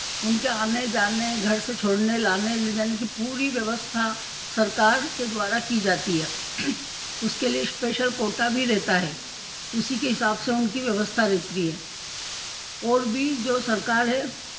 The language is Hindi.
उनके आने जाने घर से छोड़ने लाने ले जाने की पूरी व्यवस्था सरकार के द्वारा की जाती है उसके लिए स्पेशल कोटा भी रहता है उसी के हिसाब से उनकी व्यवस्था रेत्री है और भी जो सरकार है